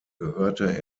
gehörte